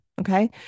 okay